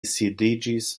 sidiĝis